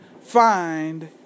find